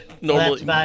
Normally